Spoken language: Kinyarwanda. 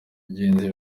bagenzi